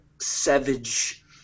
savage